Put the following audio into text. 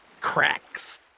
cracks